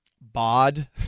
bod